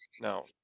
no